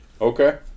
Okay